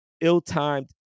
ill-timed